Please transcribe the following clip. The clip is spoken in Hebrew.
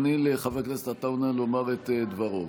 תני לחבר הכנסת עטאונה לומר את דברו.